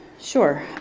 sure,